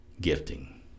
gifting